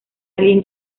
alguien